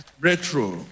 Retro